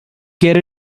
get